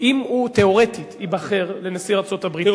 אם הוא תיאורטית ייבחר לנשיא ארצות-הברית,